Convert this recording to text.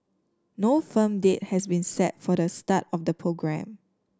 no firm date has been set for the start of the programme